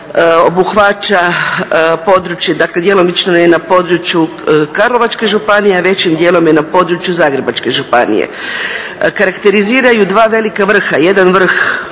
obuhvaća područje, dakle djelomično je na području Karlovačke županije a većim dijelom je na području Zagrebačke županije. Karakteriziraju dva velika vrha, jedan vrh